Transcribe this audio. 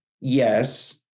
yes